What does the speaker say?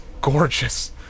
gorgeous